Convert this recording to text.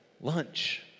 lunch